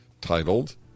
titled